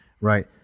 right